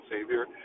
Savior